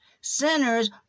Sinners